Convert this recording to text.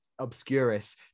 obscurus